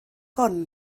hwn